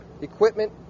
equipment